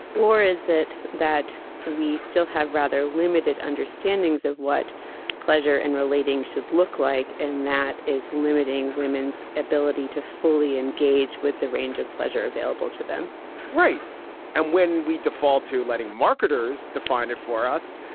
or is that that we still have rather limited understandings of what pleasure and relating should look like? and that is limiting women's ability to fully engage with the range of pleasure available to them right and when we default to letting marketers define it for us,